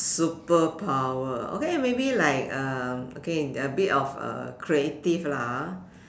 superpower okay maybe like um okay a bit of uh creative lah ah